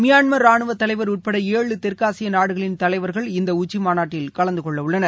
Myanmar ரானுவ தலைவர் உட்பட ஏழு தெற்காசிய நாடுகளின் தலைவர்கள் இந்த உச்சி மாநாட்டில் கலந்து கொள்ளவுள்ளனர்